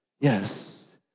Yes